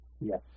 Yes